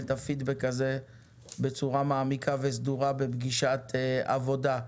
את הפידבק הזה בצורה מעמיקה וסדורה בפגישת עבודה.